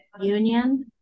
union